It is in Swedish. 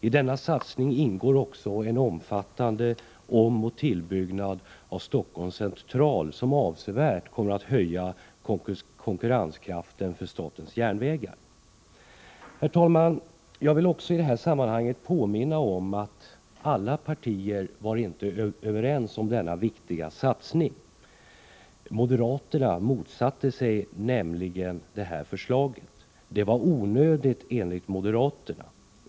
I denna satsning ingår också en omfattande omoch tillbyggnad av Stockholms central, som avsevärt kommer att höja konkurrenskraften hos statens järnvägar. Herr talman! Jag vill också i det här sammanhanget påminna om att alla partier inte var överens om denna viktiga satsning. Moderaterna motsatte sig nämligen förslaget. Det var onödigt enligt moderaterna.